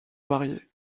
variées